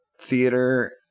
theater